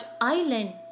island